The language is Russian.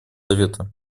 совета